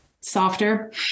softer